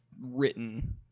written